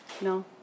No